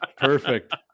perfect